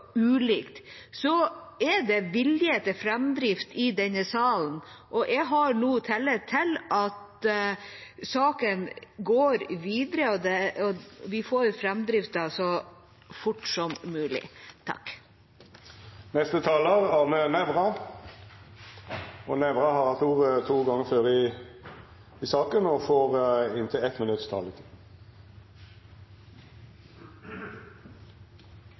ulikt, er det vilje til framdrift i denne salen. Jeg har nå tillit til at saken går videre, og at vi får framdrift så fort som mulig. Representanten Arna Nævra har hatt ordet to